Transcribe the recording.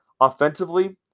Offensively